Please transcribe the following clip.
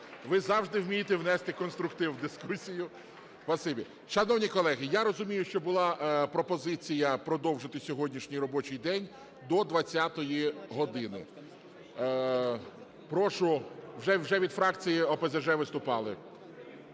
Ви завжди вмієте внести конструктив в дискусію. Спасибі. Шановні колеги, я розумію, що була пропозиція продовжити сьогоднішній робочій день до 20 години. Прошу... Вже від фракції ОПЗЖ виступали.